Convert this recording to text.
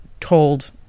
told